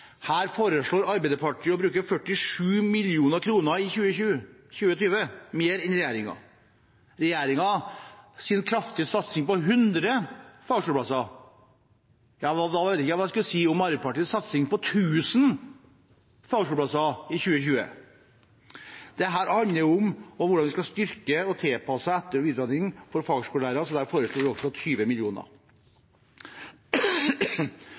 Her foreslår Arbeiderpartiet å bruke 47 mill. kr mer enn regjeringen i 2020. Regjeringens «kraftige satsing» på 100 fagskoleplasser – ja, da vet jeg ikke hva jeg skal si om Arbeiderpartiets satsing, som er på 1 000 fagskoleplasser i 2020! Dette handler om hvordan vi skal styrke og tilpasse etter- og videreutdanning for fagskolelærere, så der foreslår vi 20